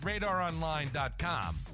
radaronline.com